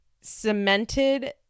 cemented